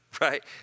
right